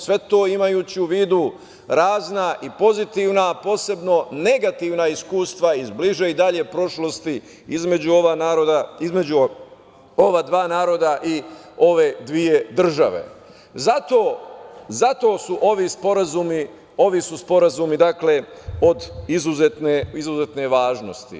Sve to imajući u vidu razna i pozitivna, posebno negativna iskustva iz bliže i dalje prošlosti između ova dva naroda i ove dve države, zato su ovi sporazumi od izuzetne važnosti.